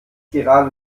gerade